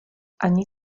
ani